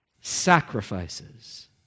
sacrifices